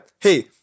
hey